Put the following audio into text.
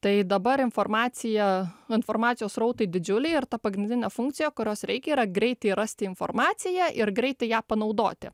tai dabar informacija informacijos srautai didžiuliai ir ta pagrindinė funkcija kurios reikia yra greitai rasti informaciją ir greitai ją panaudoti